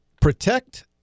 protect